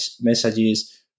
messages